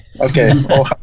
Okay